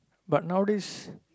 but nowadays